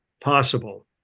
possible